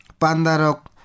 Pandarok